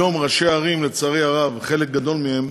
היום, ראשי ערים, לצערי הרב, חלק גדול מהם,